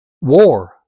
war